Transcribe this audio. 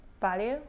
value